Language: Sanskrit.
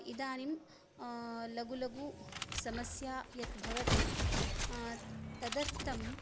इदानीं लघु लघु समस्या यत् भवति तदर्थं